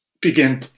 begin